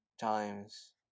times